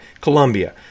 Colombia